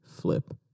Flip